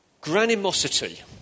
granimosity